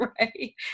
Right